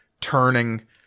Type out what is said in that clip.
turning